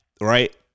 right